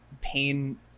pain